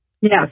Yes